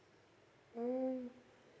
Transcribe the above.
hmm